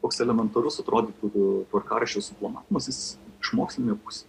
toks elementarus atrodytų tvarkaraščio suplanavimas jis iš mokslinės pusės